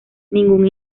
ningún